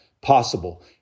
possible